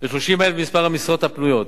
ו-30,000 במספר המשרות הפנויות.